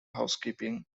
housekeeping